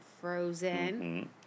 Frozen